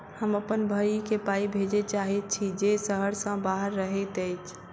हम अप्पन भयई केँ पाई भेजे चाहइत छि जे सहर सँ बाहर रहइत अछि